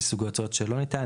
יש סוגי הוצאות שלא ניתן,